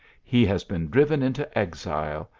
he has been driven into exile,